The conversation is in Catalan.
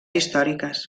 històriques